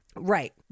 Right